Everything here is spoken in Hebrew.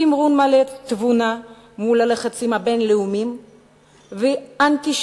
תמרון מלא תבונה מול הלחצים הבין-לאומיים והאנטישמיות